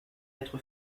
être